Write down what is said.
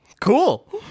Cool